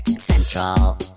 central